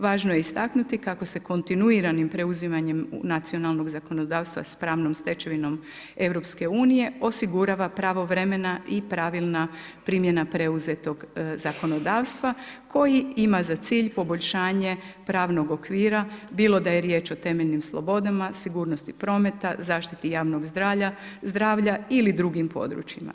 Važno je istaknuti, kako se kontinuiranjem preuzimanjem nacionalnog zakonodavstva s pravnom stečevinom EU, osigura pravovremena i pravilna primjena preuzetog zakonodavstva, koji ima za cilj poboljšanje pravnog okvira, bilo da je riječ o temeljnim slobodama, sigurnosti prometa, zaštiti javnog zdravlja ili drugim područjima.